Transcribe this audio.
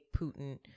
Putin